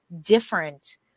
different